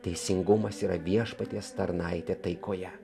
teisingumas yra viešpaties tarnaitė taikoje